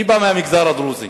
אני בא מהמגזר הדרוזי,